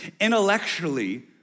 intellectually